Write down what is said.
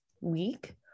week